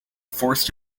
forced